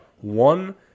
one